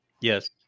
yes